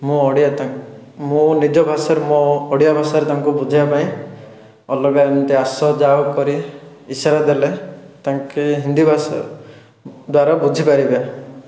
ମୁଁ ଓଡ଼ିଆ ତାଙ୍କ ମୁଁ ନିଜ ଭାଷାରେ ମୋ ଓଡ଼ିଆ ଭାଷାରେ ତାଙ୍କୁ ବୁଝେଇବାପାଇଁ ଅଲଗା ଯେମିତି ଆସଯାଅ କରି ଇସାରା ଦେଲେ ତାଙ୍କେ ହିନ୍ଦୀ ଭାଷା ଦ୍ୱାରା ବୁଝିପାରିବେ